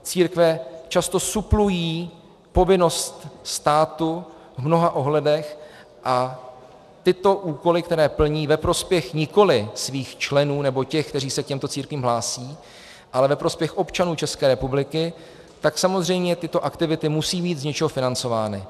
Církve často suplují povinnost státu v mnoha ohledech a tyto úkoly, které plní ve prospěch nikoli svých členů nebo těch, kteří se k těmto církvím hlásí, ale ve prospěch občanů České republiky, tak samozřejmě tyto aktivity musejí být z něčeho financovány.